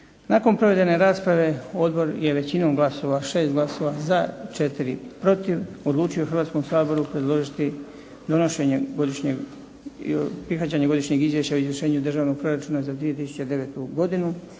Nakon provedene rasprave, Odbor je većinom glasova, 6 glasova za, 4 protiv odlučio Hrvatskom saboru predložiti donošenje Godišnjeg, prihvaćanje Godišnjeg izvješća o izvršenju državnog proračuna za 2009. godinu,